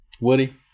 Woody